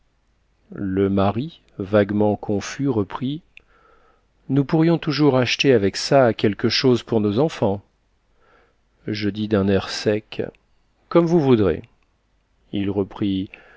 le mari vaguement confus reprit nous pourrions toujours acheter avec ça quelque chose pour nos enfants je dis d'un air sec comme vous voudrez il reprit